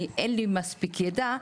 אין לי מספיק ידע.